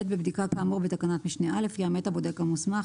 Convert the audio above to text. בבדיקה כאמור בתקנת משנה (א) יאמת הבודק המוסמך